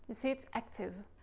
see? it's active.